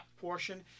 portion